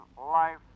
life